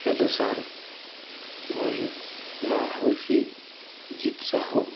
hello sir ମୋର ନାଁ ହେଉଛି ଜିତ ସାହୁ